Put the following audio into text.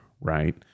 right